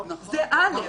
זה עוול.